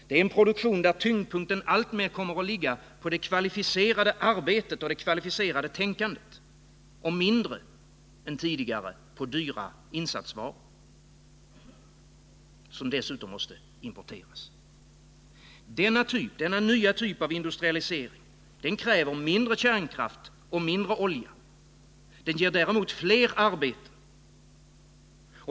Det är en produktion där tyngdpunkten alltmer kommer att ligga på det kvalificerade arbetet och det kvalificerade tänkandet och mindre än tidigare på dyra insatsvaror, som dessutom måste importeras. Denna nya typ av industrialisering kräver mindre kärnkraft och mindre olja. Däremot ger den flera arbeten.